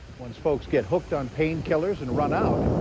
once folks get hooked on pain killers and run out,